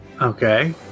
Okay